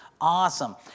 awesome